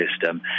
system